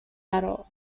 adult